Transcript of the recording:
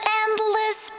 endless